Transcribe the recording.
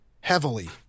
heavily